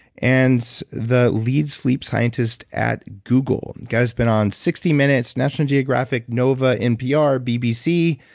and the lead sleep scientist at google. guy's been on sixty minutes, national geographic, nova, npr, bbc,